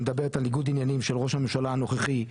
שמדברת על ניגוד עניינים של ראש הממשלה הנוכחי,